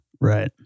Right